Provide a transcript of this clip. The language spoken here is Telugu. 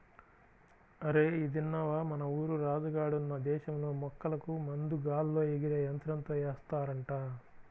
అరేయ్ ఇదిన్నవా, మన ఊరు రాజు గాడున్న దేశంలో మొక్కలకు మందు గాల్లో ఎగిరే యంత్రంతో ఏస్తారంట